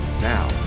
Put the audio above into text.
Now